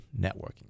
networking